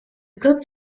good